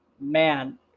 Man